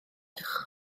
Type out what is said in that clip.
merch